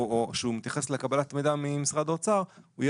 שמתייחס לקבלת מידע ממשרד האוצר יהיה